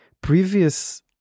previous